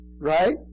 Right